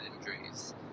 injuries